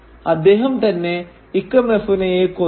അദ്ദേഹം തന്നെ ഇക്കമെഫുനയെ കൊന്നു